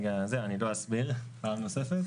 אני לא אסביר פעם נוספת.